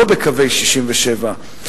לא בקווי 67',